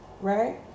right